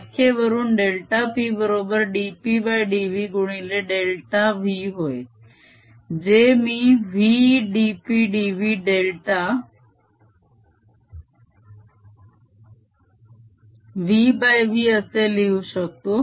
व्याख्ये वरून delta p बरोबर dpdv गुणिले डेल्टा v होय जे मी v d p dv delta v v असे लिहू शकतो